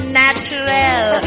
natural